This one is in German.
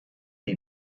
die